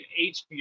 HBO